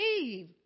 Eve